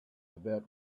about